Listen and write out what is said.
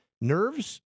nerves